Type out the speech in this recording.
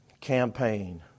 Campaign